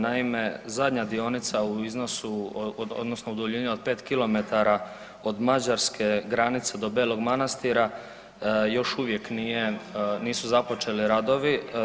Naime zadnja dionica u iznosu odnosno u duljini od 5 km od mađarske granice do Belog Manastira još uvijek nisu započeli radovi.